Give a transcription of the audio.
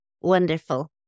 Wonderful